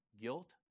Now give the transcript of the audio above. guilt